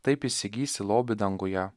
taip įsigysi lobį danguje